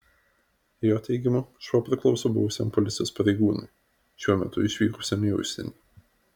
jo teigimu šuo priklauso buvusiam policijos pareigūnui šiuo metu išvykusiam į užsienį